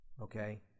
okay